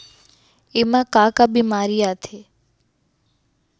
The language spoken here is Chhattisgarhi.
एमा का का बेमारी आथे?